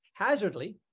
hazardly